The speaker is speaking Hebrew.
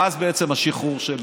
בעצם מאז השחרור של